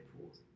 pools